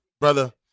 brother